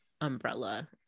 umbrella